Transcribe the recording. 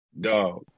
Dog